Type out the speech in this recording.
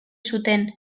zuten